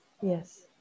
Yes